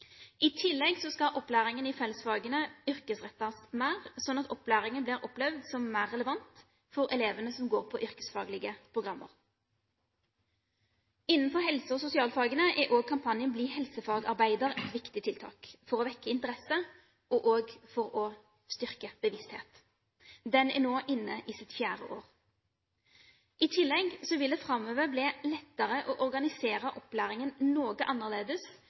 I tillegg skal opplæringen i fellesfagene yrkesrettes mer, sånn at opplæringen oppleves som mer relevant for elevene som går på yrkesfaglige programmer. Innenfor helse- og sosialfagene er også kampanjen «Bli helsefagarbeider» et viktig tiltak for å vekke interesse og også for å styrke bevisstheten. Den er nå inne i sitt fjerde år. I tillegg vil det framover bli lettere å organisere opplæringen noe annerledes